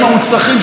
כה באומנות,